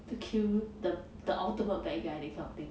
the kill the the ultimate bad guy that kind of thing